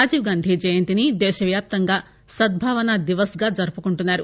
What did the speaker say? రాజీవ్ గాంధీ జయంతిని దేశ వ్యాప్తంగా సద్బావనా దివస్ గా జరుపుకుంటున్నారు